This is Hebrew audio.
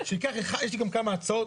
יש רשות חזקה, היא תיתן יותר.